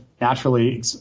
naturally